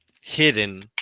hidden